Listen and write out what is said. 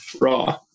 raw